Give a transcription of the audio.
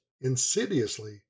insidiously